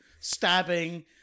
stabbing